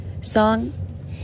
song